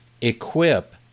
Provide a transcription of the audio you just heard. Equip